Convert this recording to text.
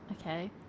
Okay